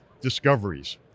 discoveries